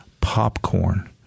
popcorn